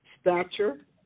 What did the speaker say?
Stature